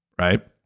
right